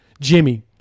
Jimmy